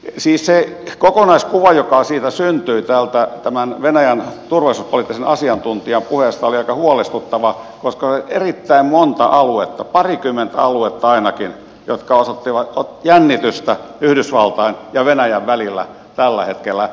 siis se kokonaiskuva joka tämän venäjän turvallisuuspoliittisen asiantuntijan puheesta syntyi oli aika huolestuttava koska oli erittäin monta aluetta ainakin parikymmentä aluetta jotka osoittivat jännitystä yhdysvaltain ja venäjän välillä tällä hetkellä